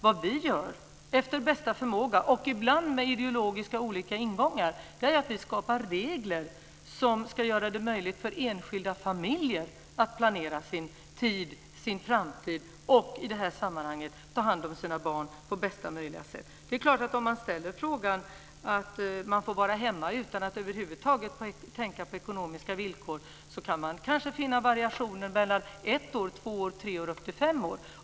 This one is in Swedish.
Vad vi gör efter bästa förmåga, och ibland med olika ideologiska ingångar, är att vi skapar regler som ska göra det möjligt för enskilda familjer att planera sin tid, sin framtid och, i det här sammanhanget, ta hand om sina barn på bästa möjliga sätt. Det är klart att om föräldrar får frågan hur länge de vill vara hemma utan att över huvud taget tänka på ekonomiska villkor, kan man kanske finna variationer från ett år och upp till fem år.